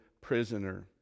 prisoner